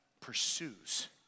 pursues